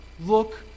look